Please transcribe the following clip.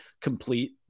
complete